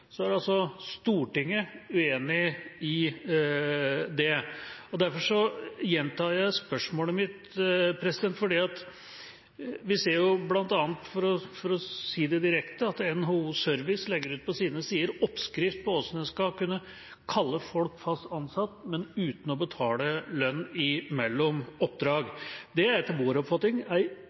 er altså Stortinget uenig i det. Derfor gjentar jeg spørsmålet mitt, for vi ser bl.a., for å si det direkte, at NHO Service legger ut på sine sider en oppskrift på hvordan en skal kunne kalle folk fast ansatt, men uten å betale lønn mellom oppdrag. Det er etter vår oppfatning